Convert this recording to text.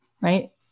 Right